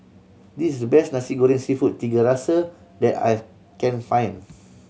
this is the best Nasi Goreng Seafood Tiga Rasa that I can find